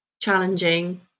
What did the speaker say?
challenging